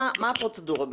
מה הפרוצדורה?